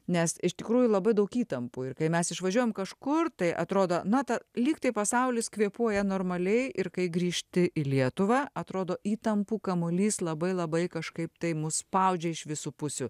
nes iš tikrųjų labai daug įtampų ir kai mes išvažiuojam kažkur tai atrodo na ta lygtai pasaulis kvėpuoja normaliai ir kai grįžti į lietuvą atrodo įtampų kamuolys labai labai kažkaip tai mus spaudžia iš visų pusių